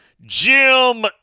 Jim